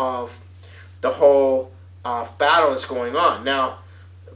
of the whole balance going on now